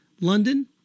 London